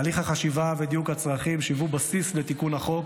להליך החשיבה ודיוק הצרכים שהיוו בסיס לתיקון החוק